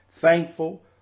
thankful